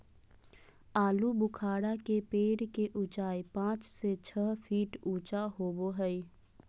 आलूबुखारा के पेड़ के उचाई पांच से छह फीट ऊँचा होबो हइ